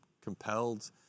compelled